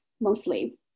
mostly